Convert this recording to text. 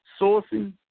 sourcing